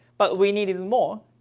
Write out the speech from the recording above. but we needed more.